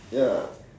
ya